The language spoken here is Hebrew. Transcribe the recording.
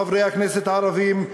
חברי הכנסת הערבים,